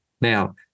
Now